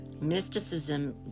mysticism